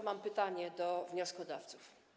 Mam pytanie do wnioskodawców.